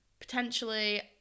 potentially